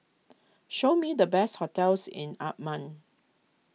show me the best hotels in Amman